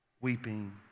weeping